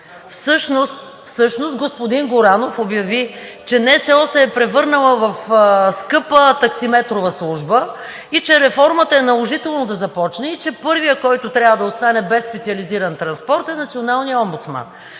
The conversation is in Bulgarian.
всъщност господин Горанов обяви, че НСО се е превърнала в скъпа таксиметрова служба и че реформата е наложително да започне и че първият, който трябва да остане без специализиран транспорт, е националният омбудсман.